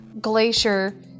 glacier